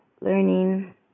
learning